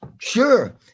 Sure